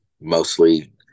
mostly